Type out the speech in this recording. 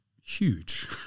huge